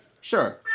Sure